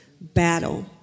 battle